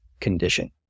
condition